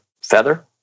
feather